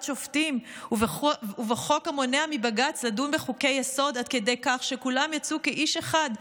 שופטים ובחוק המונע מבג"ץ לדון בחוקי-יסוד עד כדי כך שכולם יצאו כאיש אחד,